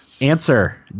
Answer